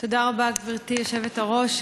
תודה רבה, גברתי היושבת-ראש.